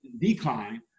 decline